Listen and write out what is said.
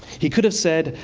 he could have said,